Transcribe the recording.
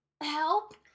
Help